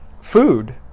food